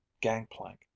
gangplank